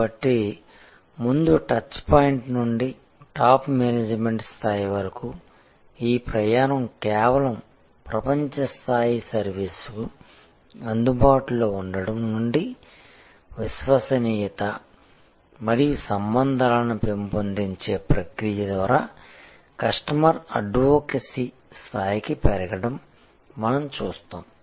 కాబట్టి ముందు టచ్పాయింట్ నుండి టాప్ మేనేజ్మెంట్ స్థాయి వరకు ఈ ప్రయాణం కేవలం ప్రపంచ స్థాయి సర్వీసుకి అందుబాటులో ఉండడం నుండి విశ్వసనీయత మరియు సంబంధాలను పెంపొందించే ప్రక్రియ ద్వారా కస్టమర్ అడ్వొకెసీ స్థాయికి పెరగడం మనం చూస్తాము